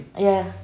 ya